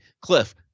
Cliff